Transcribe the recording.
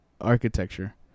architecture